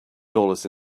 dollars